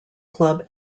club